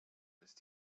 ist